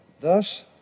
Thus